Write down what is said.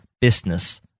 business